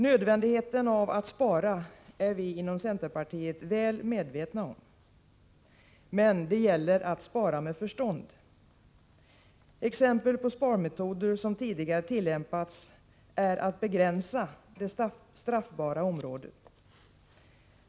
Nödvändigheten av att spara är vi inom centerpartiet väl medvetna om. Men det gäller att spara med förstånd. Exempel på sparmetoder som tidigare tillämpats är att begränsa det straffbara området.